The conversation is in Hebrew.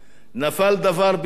נפל דבר בישראל